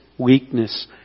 Weakness